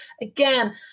again